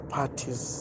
parties